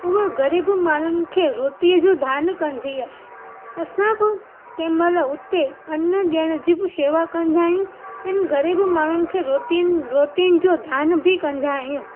उहो ग़रीब माण्हुनि खे रोटीअ जो दानु कंदी आहे असां बि कंहिं महिल उते अनु ॾियण जी बि शेवा कंदा आ्यूंहि आहिनि ग़रीब माण्हुनि खे रोटियुनि रोटियुनि जो दान बि कंदा आहियूं